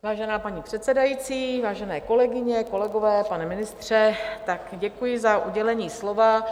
Vážená paní předsedající, vážené kolegyně, kolegové, pane ministře, děkuji za udělení slova.